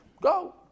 Go